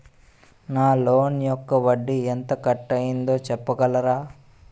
నా లోన్ యెక్క వడ్డీ ఎంత కట్ అయిందో చెప్పగలరా?